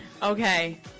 Okay